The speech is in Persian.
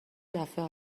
دفعه